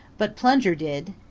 but plunger did.